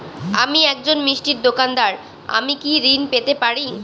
আমি একজন মিষ্টির দোকাদার আমি কি ঋণ পেতে পারি?